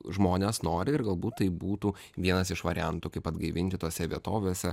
žmonės nori ir galbūt tai būtų vienas iš variantų kaip atgaivinti tose vietovėse